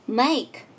make